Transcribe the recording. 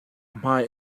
hmai